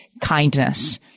kindness